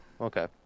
Okay